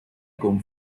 con